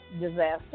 disaster